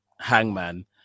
hangman